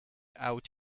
out